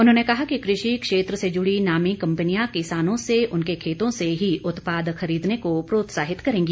उन्होंने कहा कि कृषि क्षेत्र से जुड़ी नामी कंपनियां किसानों से उनके खेतों से ही उत्पाद खरीदने को प्रोत्साहित करेंगी